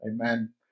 Amen